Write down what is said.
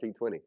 T20